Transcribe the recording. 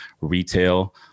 retail